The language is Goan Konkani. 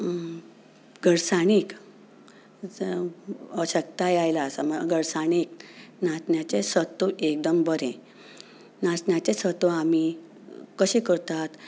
घटसाणीक जावं अशक्यताय आयला समज घट्टसाणीक नाचण्यांचें सत्व एकदम बरें नाचण्यांचें सत्व आमी कशें करतात